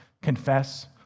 confess